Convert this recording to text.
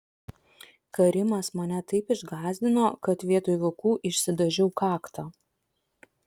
karimas mane taip išgąsdino kad vietoj vokų išsidažiau kaktą